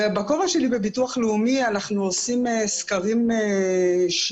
בכובע שלי בביטוח לאומי אנחנו עושים סקרים שנתיים.